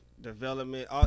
development